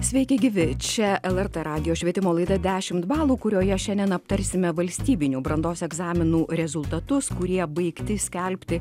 sveiki gyvi čia lrt radijo švietimo laida dešimt balų kurioje šiandien aptarsime valstybinių brandos egzaminų rezultatus kurie baigti skelbti